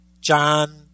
John